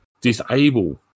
disable